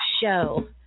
show